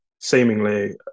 seemingly